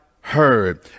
heard